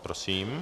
Prosím.